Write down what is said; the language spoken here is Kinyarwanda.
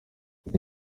izi